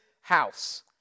house